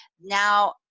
Now